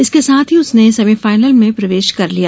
इसके साथ ही उसने सैमीफाइनल में प्रवेश कर लिया